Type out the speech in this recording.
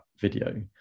video